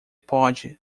pode